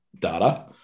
data